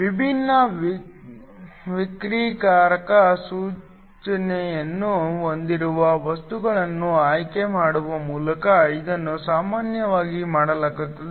ವಿಭಿನ್ನ ವಕ್ರೀಕಾರಕ ಸೂಚಿಯನ್ನು ಹೊಂದಿರುವ ವಸ್ತುಗಳನ್ನು ಆಯ್ಕೆ ಮಾಡುವ ಮೂಲಕ ಇದನ್ನು ಸಾಮಾನ್ಯವಾಗಿ ಮಾಡಲಾಗುತ್ತದೆ